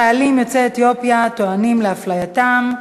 חיילים יוצאי אתיופיה טוענים לאפלייתם,